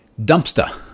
dumpster